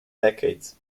decades